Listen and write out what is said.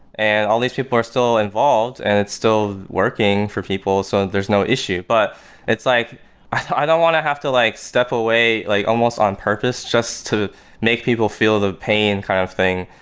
and all these people are still involved, and it's still working for people, so there's no issue. but like i don't want to have to like step away like almost on purpose, just to make people feel the pain kind of thing.